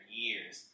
years